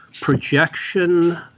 projection